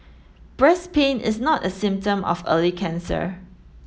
breast pain is not a symptom of early cancer